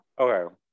okay